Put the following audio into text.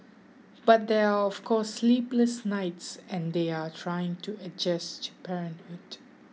but there are of course sleepless nights and they are trying to adjust to parenthood